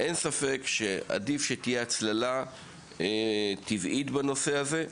אין ספק שעדיף שתהיה הצללה טבעית בנושא הזה.